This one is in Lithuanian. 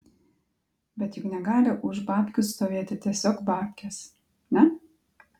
bet juk negali už babkių stovėti tiesiog babkės ne